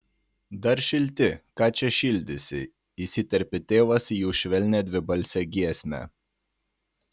dar šilti ką čia šildysi įsiterpė tėvas į jų švelnią dvibalsę giesmę